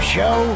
Show